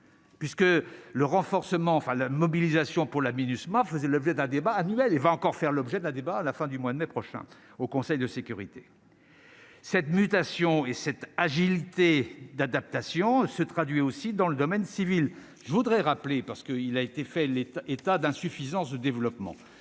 enfin la mobilisation pour la Minusma faisait l'objet d'un débat annuel, il va encore faire l'objet de la débat à la fin du mois de mai prochain au Conseil de sécurité. Cette mutation et cette agilité d'adaptation se traduit aussi dans le domaine civil, je voudrais rappeler parce qu'il a été fait l'état d'insuffisance de développement,